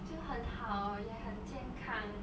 就很好哦也很健康